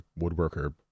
woodworker